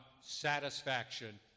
satisfaction